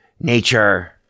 nature